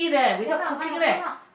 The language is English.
ya lah mine also lah